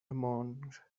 among